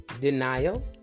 denial